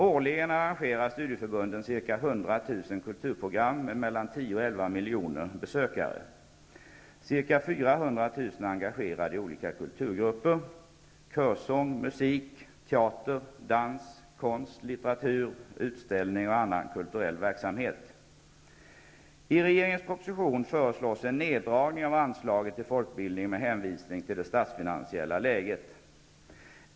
Årligen arrangerar studieförbunden ca 100 000 kulturprogram med mellan 10 och 11 miljoner besökare. Ca 400 000 är engagerade i olika kulturgrupper; körsång, musik, teater, dans, konst, litteratur, utställningar och annan kulturell verksamhet. I regeringens proposition föreslås en neddragning av anslaget till folkbildningen med hänvisning till det statsfinansiella läget.